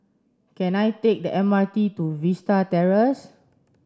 can I take the M R T to Vista Terrace